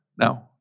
No